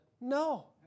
no